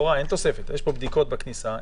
יש פה בדיקות בכניסה.